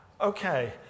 Okay